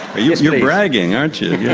you're bragging, aren't you!